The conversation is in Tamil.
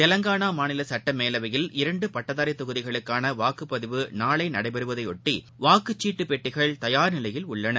தெலுங்கானா மாநில சட்டப்பேரவை மேலவையில் இரண்டு பட்டதாரி தொகுதிகளுக்கான வாக்குப்பதிவு நாளை நடைபெறுவதையொட்டி வாக்கு சீட்டு பெட்டிகள் தயார் நிலையில் உள்ளது